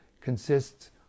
consists